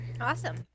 Awesome